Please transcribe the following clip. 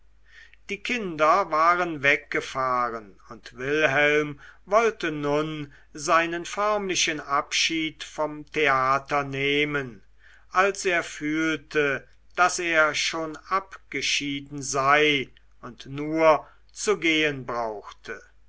die kinder waren weggefahren und wilhelm wollte nun seinen förmlichen abschied vom theater nehmen als er fühlte daß er schon abgeschieden sei und nur zu gehen brauchte